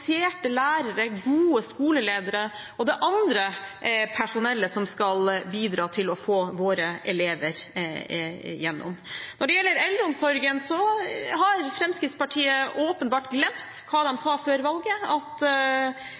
lærere, gode skoleledere og det andre personellet som skal bidra til å få våre elever gjennom. Når det gjelder eldreomsorgen, har Fremskrittspartiet åpenbart glemt hva de sa før valget, at